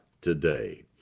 today